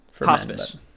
Hospice